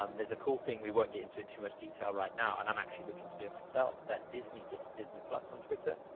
um there's a cool thing, we won't get into too much detail right now and i'm actually looking to do it myself, that disney did for disney plus on twitter,